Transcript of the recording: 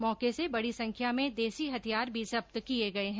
मौके से बड़ी संख्या में देसी हथियार भी जब्त किये गये हैं